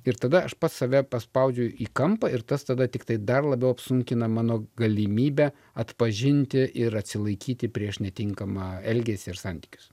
ir tada aš pats save paspaudžiu į kampą ir tas tada tiktai dar labiau apsunkina mano galimybę atpažinti ir atsilaikyti prieš netinkamą elgesį ir santykius